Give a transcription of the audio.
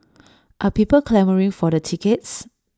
are people clamouring for the tickets